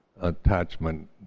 attachment